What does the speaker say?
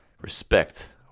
respect